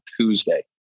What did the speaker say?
Tuesday